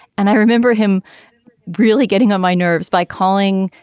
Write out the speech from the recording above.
and i remember him really getting on my nerves by calling,